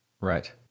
Right